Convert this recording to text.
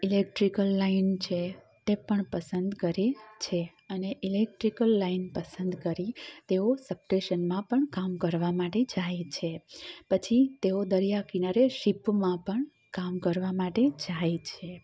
electrical line છે તે પણ પસંદ કરી છે અને ઈલેક્ટ્રિકલ લાઈન પસંદ કરી તેઓ સબટેશનમાં પણ કામ કરવા માટે જાય છે પછી તેઓ દરિયા કિનારે શિપમાં પણ કામ કરવા માટે જાય છે